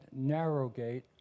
Narrowgate